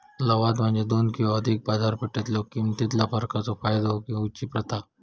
लवाद म्हणजे दोन किंवा अधिक बाजारपेठेतलो किमतीतला फरकाचो फायदा घेऊची प्रथा